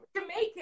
Jamaican